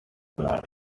glad